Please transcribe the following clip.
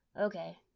Okay